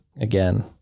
again